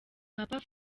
papa